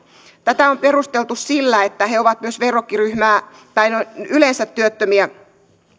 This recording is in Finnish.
tätä on perusteltu sillä että he ovat myös verrokkiryhmää tai yleensä